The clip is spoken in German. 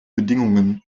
bedingungen